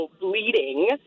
bleeding